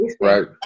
Right